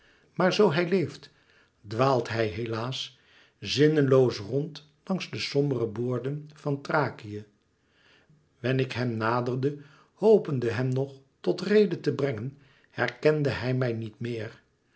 maar zoo hij leeft dwaalt hij helaas zinneloos rond langs de sombere boorden van thrakië wen ik hem naderde hopende hem nog tot rede te brengen herkende hij mij niet meer